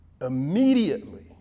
immediately